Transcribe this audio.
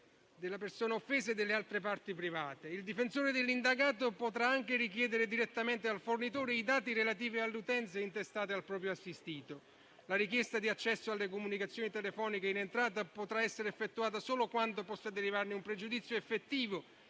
della persona offesa e delle altre parti private. Il difensore dell'indagato potrà anche richiedere direttamente al fornitore i dati relativi all'utenza intestata al proprio assistito e la richiesta di accesso alle comunicazioni telefoniche in entrata potrà essere effettuata solo quando possa derivarne un pregiudizio effettivo